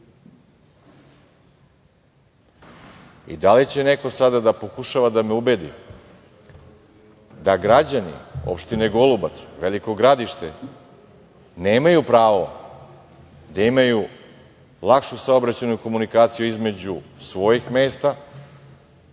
I da li će neko sada da pokušava da me ubedi da građani opštine Golubac i Veliko Gradište nemaju pravo da imaju lakšu saobraćajnu komunikaciju između svojih mesta